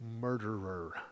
murderer